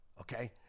okay